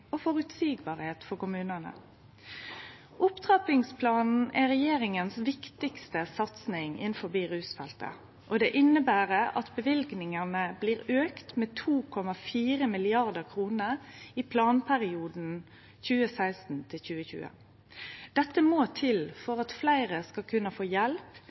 og føreseielegheit for kommunane. Opptrappingsplanen er regjeringa si viktigaste satsing for rusfeltet og inneber at løyvingane blir auka med 2,4 mrd. kr i planperioden 2016–2020. Dette må til for at fleire skal kunne få hjelp,